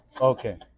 Okay